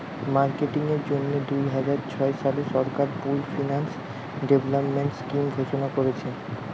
marketing এর জন্যে দুইহাজার ছয় সালে সরকার পুল্ড ফিন্যান্স ডেভেলপমেন্ট স্কিং ঘোষণা কোরেছে